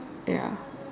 ya